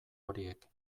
horiek